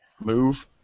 Move